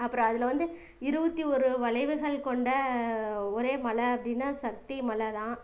அப்புறம் அதில் வந்து இருபத்தி ஓரு வளைவுகள் கொண்ட ஒரே மலை அப்படினா சக்தி மலை தான்